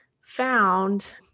found